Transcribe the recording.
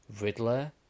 Riddler